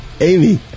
Amy